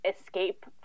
escape